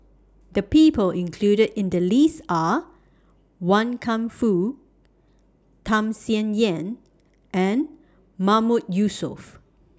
The People included in The list Are Wan Kam Fook Tham Sien Yen and Mahmood Yusof